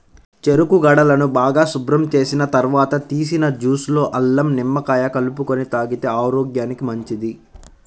చెరుకు గడలను బాగా శుభ్రం చేసిన తర్వాత తీసిన జ్యూస్ లో అల్లం, నిమ్మకాయ కలుపుకొని తాగితే ఆరోగ్యానికి మంచిది